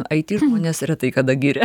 it žmonės retai kada giria